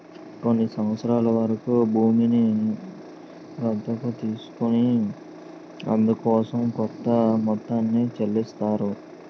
కొన్ని సంవత్సరాల వరకు భూమిని గుత్తకు తీసుకొని అందుకోసం కొంత మొత్తాన్ని చెల్లిస్తారు